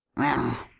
well!